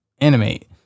animate